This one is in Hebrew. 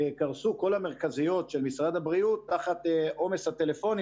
קרסו כל המרכזיות של משרד הבריאות תחת עומס הטלפונים